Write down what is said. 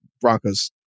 Broncos